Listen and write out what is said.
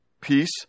peace